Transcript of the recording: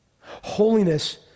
Holiness